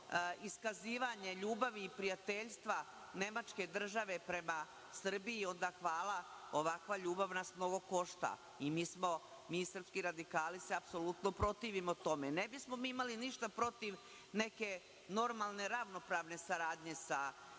iskazivanje ljubavi i prijateljstva nemačke države prema Srbiji, onda hvala, ovakva ljubav nas mnogo košta. Mi srpski radikali se apsolutno protivimo tome. Ne bismo mi imali ništa protiv neke normalne, ravnopravne saradnje sa